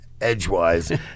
edgewise